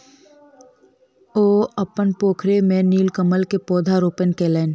ओ अपन पोखैर में नीलकमल के पौधा रोपण कयलैन